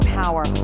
power